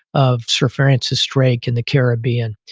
of sir francis drake in the caribbean.